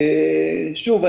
שוב,